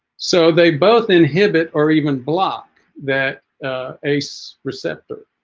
so they both inhibit or even block that ace receptor